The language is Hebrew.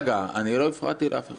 אני לא הפרעתי לאף אחד.